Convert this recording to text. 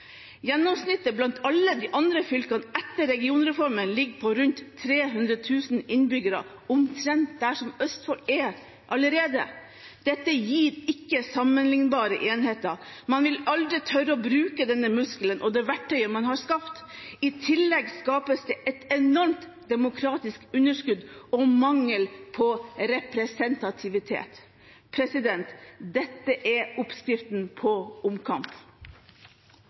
Gjennomsnittet blant alle de andre fylkene etter regionreformen ligger på rundt 300 000 innbyggere – omtrent der Østfold er allerede. Dette gir ikke sammenlignbare enheter. Man vil aldri tørre å bruke denne muskelen og det verktøyet man har skapt. I tillegg skapes det et enormt demokratisk underskudd og mangel på representativitet. Dette er oppskriften på omkamp.